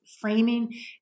framing